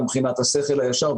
גם מבחינת השכל הישר,